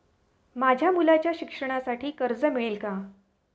माझ्या मुलाच्या शिक्षणासाठी कर्ज मिळेल काय?